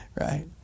right